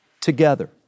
together